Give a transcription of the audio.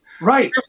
Right